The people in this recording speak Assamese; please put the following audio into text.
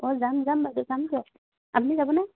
অঁ যাম যাম বাইদেউ যাম দিয়ক আপুনি যাবনে